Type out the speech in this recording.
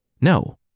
No